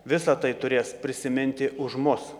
visa tai turės prisiminti už mus